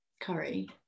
curry